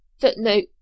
Footnote